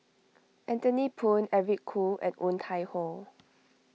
Anthony Poon Eric Khoo and Woon Tai Ho